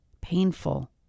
painful